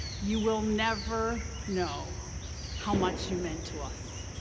you will never know how much you meant to us.